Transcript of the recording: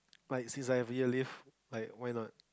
like since I have year leave like why not